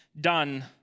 done